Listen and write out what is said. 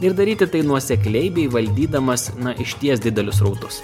ir daryti tai nuosekliai bei valdydamas išties didelius srautus